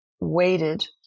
weighted